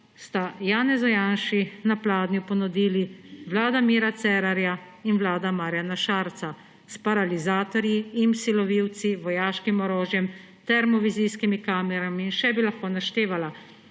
sta Janezu Janši na pladnju ponudili vlada Mira Cerarja in vlada Marjana Šarca s paralizatorji, lovilcev IMSI in vojaškim orožjem, termovizijskimi kamerami in še bi lahko naštevala.